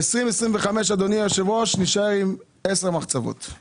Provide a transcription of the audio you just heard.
ב-2025, אדוני היושב ראש, נישאר עם 10 מחצבות.